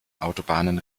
autobahnen